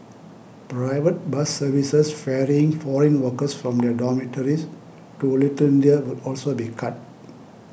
private bus services ferrying foreign workers from their dormitories to Little India will also be cut